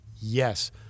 Yes